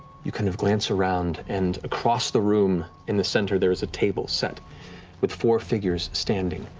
you kind of glance around, and across the room, in the center there is a table set with four figures standing,